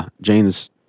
Jane's